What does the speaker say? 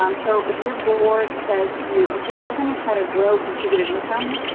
um so, if your board says to you, okay, we're going to try to grow contributed income